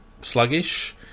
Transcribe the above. sluggish